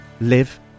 live